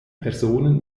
personen